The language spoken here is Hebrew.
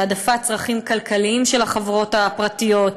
בהעדפת צרכים כלכליים של החברות הפרטיות,